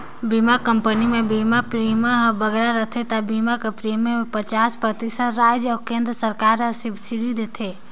बीमा कंपनी में बीमा कर प्रीमियम हर बगरा रहथे ता बीमा कर प्रीमियम में पचास परतिसत राएज अउ केन्द्र सरकार हर सब्सिडी देथे